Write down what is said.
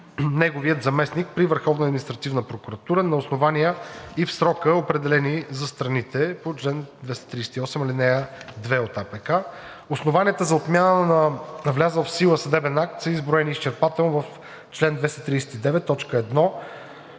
прокуратура на основание и в срок, определени за страните по чл. 238, ал. 2 от АПК. Основанията за отмяна на влязъл в сила съдебен акт са изброени изчерпателно в чл. 239,